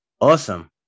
Awesome